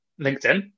LinkedIn